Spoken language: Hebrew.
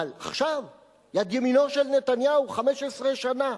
אבל עכשיו יד ימינו של נתניהו 15 שנה.